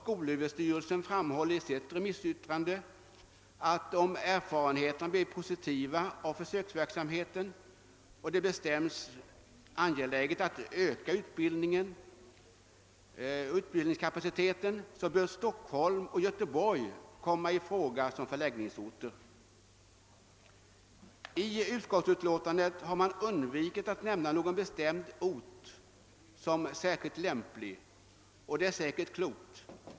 Skolöverstyrelsen framhåller i sitt remissyttrande bl.a. följande: »Blir erfarenheterna av tandhygienisterna positiv och det bedöms angeläget att öka kapaciteten, bör både Stockholm och Göteborg komma i fråga som förläggningsorter.« I utskottets utlåtande har man undvikit att nämna någon bestämd ort såsom särskilt lämplig, och det är säkerligen klokt.